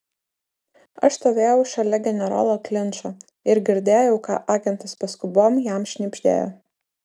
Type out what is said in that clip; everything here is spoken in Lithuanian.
aš stovėjau šalia generolo klinčo ir girdėjau ką agentas paskubom jam šnibždėjo